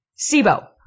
SIBO